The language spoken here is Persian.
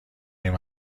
این